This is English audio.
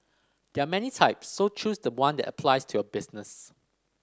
there are many types so choose the one that applies to your business